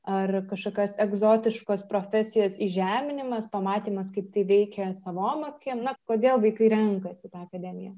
ar kažkokios egzotiškos profesijos įžeminimas pamatymas kaip tai veikia savom akim na kodėl vaikai renkasi tą akademiją